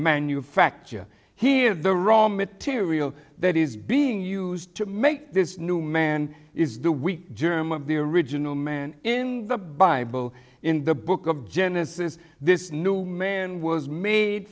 manufacture here the raw material that is being used to make this new man is the weak germ of the original man in the bible in the book of genesis this new man was made